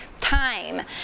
time